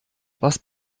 was